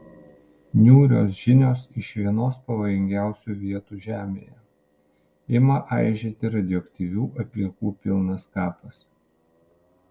niūrios žinios iš vienos pavojingiausių vietų žemėje ima aižėti radioaktyvių atliekų pilnas kapas